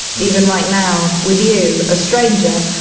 even right now with you, a stranger,